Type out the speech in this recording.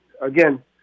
again